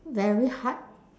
very hard